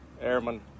airmen